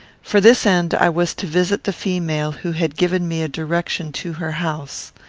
for this end i was to visit the female who had given me a direction to her house.